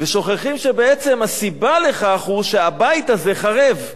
שוכחים שבעצם הסיבה לכך היא שהבית הזה חרב.